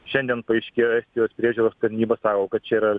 šiandien paaiškėjo estijos priežiūros tarnyba sako kad čia yra